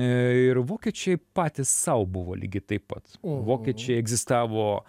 ir vokiečiai patys sau buvo lygiai taip pa vokiečiai egzistavo